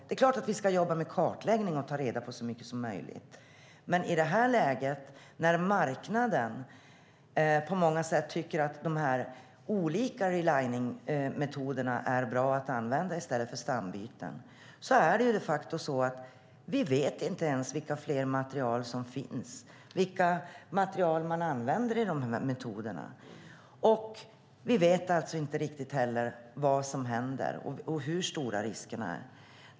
Det är klart att vi ska jobba med kartläggning och ta reda på så mycket som möjligt, men i ett läge där marknaden på många sätt tycker att de olika reliningmetoderna är bra att använda i stället för stambyten är det de facto så att vi inte ens vet vilka fler material som finns och används vid dessa metoder. Vi vet alltså inte riktigt vad som händer och hur stora riskerna är.